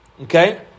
Okay